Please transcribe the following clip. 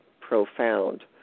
profound